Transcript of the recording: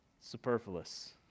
superfluous